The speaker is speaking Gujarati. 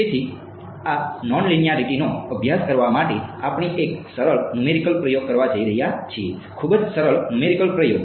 તેથી આ નોનલીનેયારીટીનો અભ્યાસ કરવા માટે આપણે એક સરળ નુમેરીક્લ પ્રયોગ કરવા જઈ રહ્યા છીએ ખૂબ જ સરળ નુમેરીક્લ પ્રયોગ